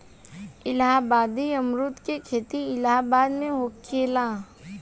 इलाहाबादी अमरुद के खेती इलाहाबाद में होखेला